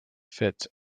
fits